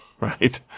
right